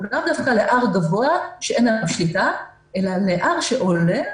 לאו דווקא ל-R גבוה שאין לנו שליטה אלא ל-R שעולה,